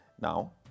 Now